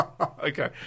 Okay